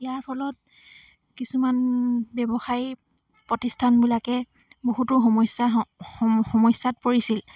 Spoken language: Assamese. ইয়াৰ ফলত কিছুমান ব্যৱসায়ী প্ৰতিষ্ঠানবিলাকে বহুতো সমস্যা সম সমস্যাত পৰিছিল